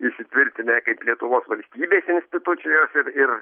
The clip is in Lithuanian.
įsitvirtinę kaip lietuvos valstybės institucijos ir ir